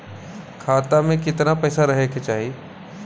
खाता में कितना पैसा रहे के चाही?